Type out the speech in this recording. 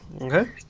Okay